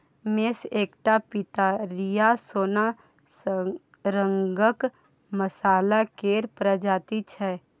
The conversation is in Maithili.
मेस एकटा पितरिया सोन रंगक मसल्ला केर प्रजाति छै